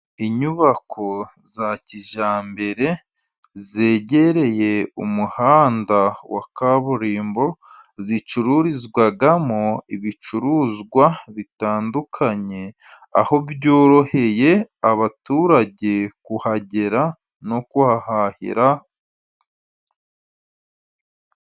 Inyubako za kijyambere, zegereye umuhanda wa kaburimbo, zicururizwamo ibicuruzwa bitandukanye, aho byoroheye abaturage kuhagera no kuhahahira.